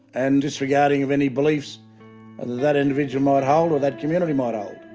and disregarding of any beliefs that individual might hold or that community might hold.